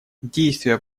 действия